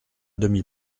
demi